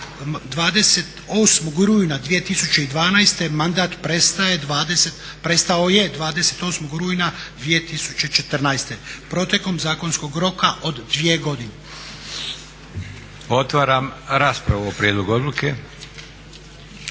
28. rujna 2012. mandat je prestao 28. rujna 2014. protekom zakonskog roka od dvije godine. **Leko, Josip (SDP)** Otvaram raspravu o prijedlogu odluke.